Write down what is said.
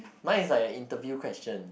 mine is like interview question